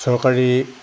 চৰকাৰী